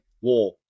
War